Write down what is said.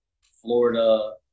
Florida